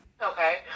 Okay